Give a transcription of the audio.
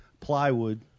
plywood